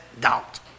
doubt